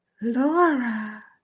Laura